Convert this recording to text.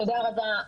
תודה רבה.